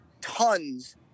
tons